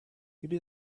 maybe